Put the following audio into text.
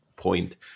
Point